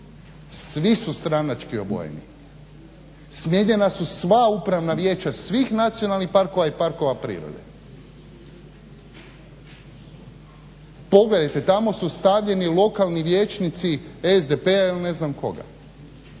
Svi su stranački obojeni. Smijenjena su sva upravna vijeća svih nacionalnih parkova i parkova prirode. Pogledajte, tamo su stavljeni lokalni vijećnici SDP-a ili ne znam koga.